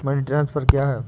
Money transfer क्या है?